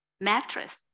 mattress